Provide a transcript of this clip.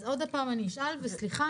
אז אשאל שוב.